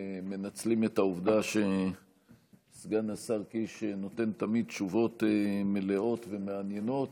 מנצלים את העובדה שסגן השר קיש נותן תמיד תשובות מלאות ומעניינות